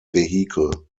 vehicle